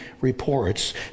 reports